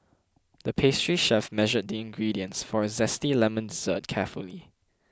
the pastry chef measured the ingredients for a Zesty Lemon Dessert carefully